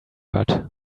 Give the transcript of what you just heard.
heard